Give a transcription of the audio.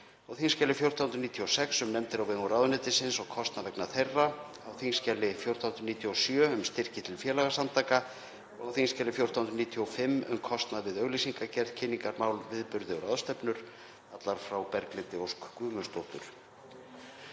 á þskj. 1496, um nefndir á vegum ráðuneytisins og kostnað vegna þeirra, á þskj. 1497, um styrki til félagasamtaka, og á þskj. 1495, um kostnað við auglýsingagerð, kynningarmál, viðburði og ráðstefnur, allar frá Berglindi Ósk Guðmundsdóttur.